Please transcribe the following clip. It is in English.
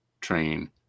train